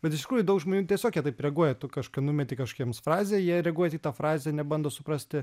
bet iš tikrųjų daug žmonių tiesiog jie taip reaguoja tu kažką numeti kažkokią jiems frazę jie reaguoja tik tą frazę nebando suprasti